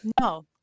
No